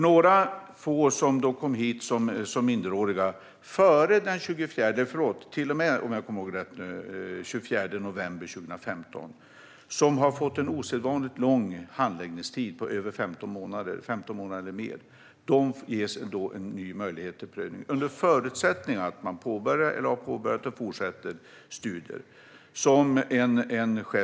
Några få som kom hit som minderåriga till och med, om jag kommer ihåg rätt, den 24 november 2015 och har fått en osedvanligt lång handläggningstid - 15 månader eller mer - ges en ny möjlighet till prövning, under förutsättning att man påbörjar, eller har påbörjat och fortsätter, studier.